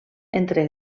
entre